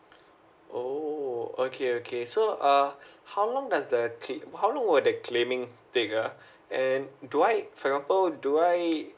oh okay okay so uh how long does the cl~ how long will the claiming take ah and do I for example do I